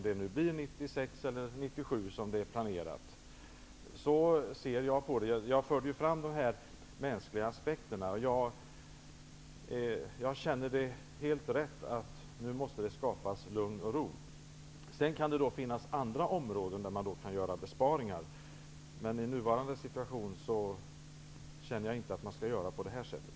Det är ju planerat till 1996 eller Jag förde ju fram de mänskliga aspekterna. Jag tycker att det är helt rätt att det nu skapas lugn och ro. Sedan kan det finnas andra områden där man kan göra besparing. Men i nuvarande situation tycker jag inte att man skall göra på det här sättet.